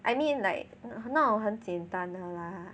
I mean like 那种很简单的 lah